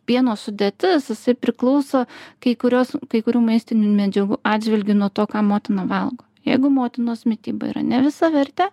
pieno sudėtis jisai priklauso kai kurios kai kurių maistinių medžiagų atžvilgiu nuo to ką motina valgo jeigu motinos mityba yra nevisavertė